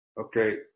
okay